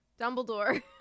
Dumbledore